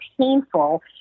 painful